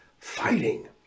fighting